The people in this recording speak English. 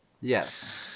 Yes